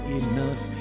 enough